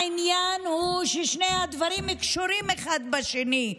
העניין הוא ששני הדברים קשורים אחד בשני,